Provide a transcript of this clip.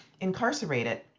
incarcerated